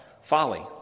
folly